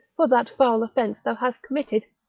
for that foul offence thou hast committed?